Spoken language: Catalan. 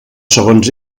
segons